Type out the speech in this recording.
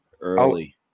early